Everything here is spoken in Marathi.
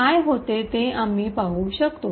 काय होते ते आम्ही पाहू शकतो